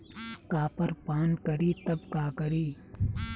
Copper पान करी तब का करी?